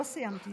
לא סיימתי.